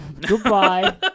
Goodbye